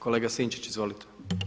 Kolega Sinčić, izvolite.